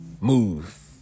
Move